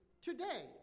today